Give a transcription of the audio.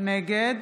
נגד